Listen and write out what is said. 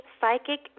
psychic